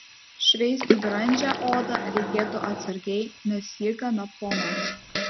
šveisti brandžią odą reikėtų atsargiai nes ji gana plona